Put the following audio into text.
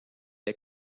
est